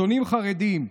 שונאים חרדים.